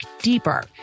deeper